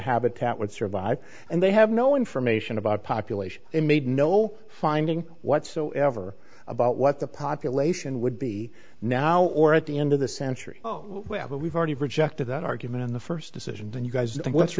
habitat would survive and they have no information about population and made no finding whatsoever about what the population would be now or at the end of the century oh well but we've already rejected that argument in the first decision and you guys